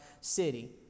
city